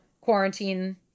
quarantine